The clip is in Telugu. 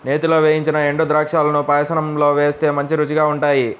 నేతిలో వేయించిన ఎండుద్రాక్షాలను పాయసంలో వేస్తే మంచి రుచిగా ఉంటాయి